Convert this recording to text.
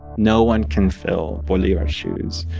no one can fill bolivar's shoes,